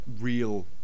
real